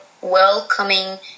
welcoming